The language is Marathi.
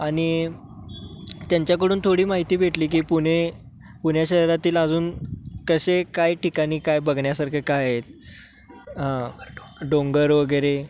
आणि त्यांच्याकडून थोडी माहिती भेटली की पुणे पुणे शहरातील अजून कसे काय ठिकाणी काय बघण्यासारखे काय आहेत डोंगर डोंगर डोंगर वगैरे